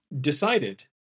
decided